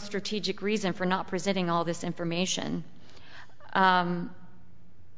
strategic reason for not presenting all this information